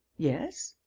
yes.